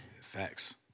Facts